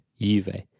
Juve